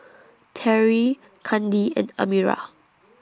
Terrie Kandi and Amira